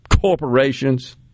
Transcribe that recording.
corporations